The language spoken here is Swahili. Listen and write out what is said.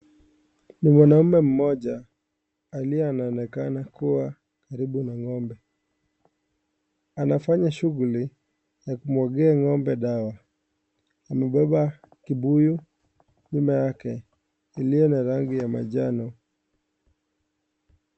Mwanaume mmoja aliye anaonekana kuwa karibu na ng'ombe anafanya shughuli ya kumwagia dawa amebeba kibuyu nyuma yake ulio na rangi ya manjano.